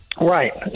right